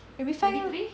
primary five ya